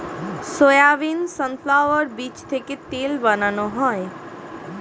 soybean, sunflower বীজ থেকে তেল বানানো হয়